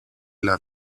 las